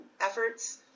efforts